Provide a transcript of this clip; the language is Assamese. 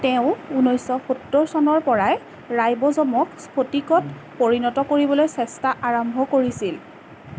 তেওঁ ঊনৈছশ সত্তৰ চনৰ পৰাই ৰাইব'জমক স্ফটিকত পৰিণত কৰিবলৈ চেষ্টা আৰম্ভ কৰিছিল